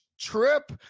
trip